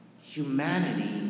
humanity